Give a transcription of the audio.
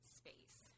space